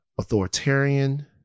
authoritarian